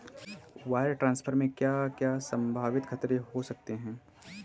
Wire transfer में क्या क्या संभावित खतरे हो सकते हैं?